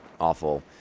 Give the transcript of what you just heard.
awful